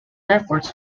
efforts